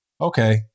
okay